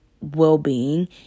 well-being